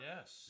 Yes